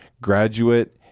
graduate